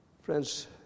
Friends